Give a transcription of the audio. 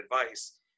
advice